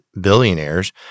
billionaires